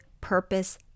purpose